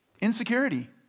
insecurity